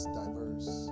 diverse